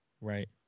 Right